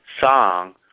song